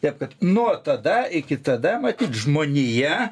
tiep kad nuo tada iki tada matyt žmonija